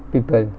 people